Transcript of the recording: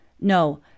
no